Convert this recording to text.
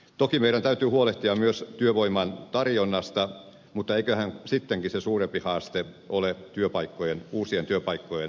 toki meidän täytyy huolehtia myös työvoiman tarjonnasta mutta eiköhän sittenkin se suurempi haaste ole uusien työpaikkojen luominen